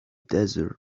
desert